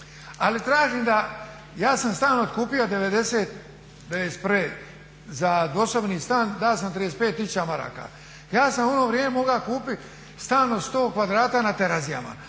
ali tražim da ja sam stan otkupio '91., za dvosobni stan dao sam 35 000 maraka. Ja sam u ono vrijeme moga kupit stan od 100 kvadrata na Terazijama.